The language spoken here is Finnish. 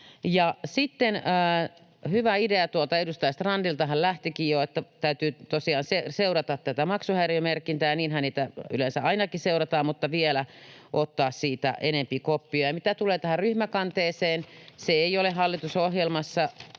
hyvä idea edustaja Strandilta — hän lähtikin jo. Täytyy tosiaan seurata tätä maksuhäiriömerkintää, ja niinhän niitä yleensä aina seurataankin, mutta täytyy vielä ottaa siitä enempi koppia. Mitä tulee tähän ryhmäkanteeseen, se ei ole hallitusohjelmassa.